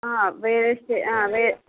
వేసే వే